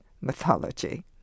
mythology